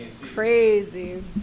crazy